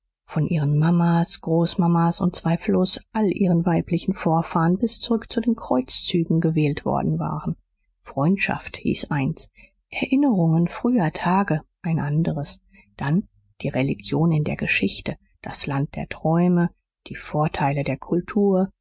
von ihren mamas großmamas und zweifellos all ihren weiblichen vorfahren bis zurück zu den kreuzzügen gewählt worden waren freundschaft hieß eins erinnerungen früher tage ein anderes dann die religion in der geschichte das land der träume die vorteile der kultur